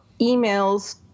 emails